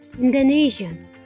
Indonesian